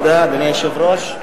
תודה, אדוני היושב-ראש.